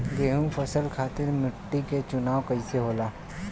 गेंहू फसल खातिर मिट्टी के चुनाव कईसे होला?